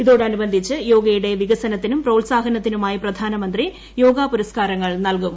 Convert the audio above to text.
ഇതോടനുബന്ധിച്ച് യോഗയുടെ വികസനത്തിനും പ്രോത്സാഹനത്തിനുമായി പ്രധാനമന്ത്രി യോഗ പുരസ്കാരങ്ങൾ നൽകും